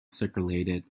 circulated